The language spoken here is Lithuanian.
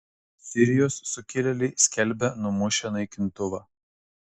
sirijos sukilėliai skelbia numušę naikintuvą